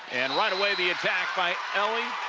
and right away, the attack by elle